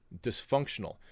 dysfunctional